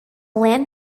land